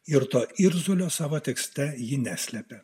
ir to irzulio savo tekste ji neslepia